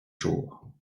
jour